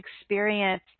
experience